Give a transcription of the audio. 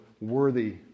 worthy